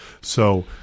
So-